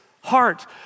heart